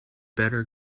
better